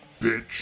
Bitch